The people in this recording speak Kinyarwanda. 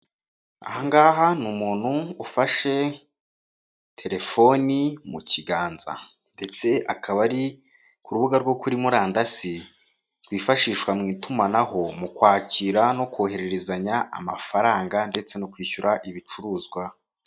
Aha ngaha ni umuntu ufashe telefoni mu kiganza, ndetse akaba ari ku rubuga rwo kuri murandasi, rwifashishwa mu itumanaho mu kwakira no kohererezanya amafaranga, ndetse no kwishyura ibicuruzwa.